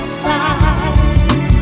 side